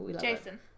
Jason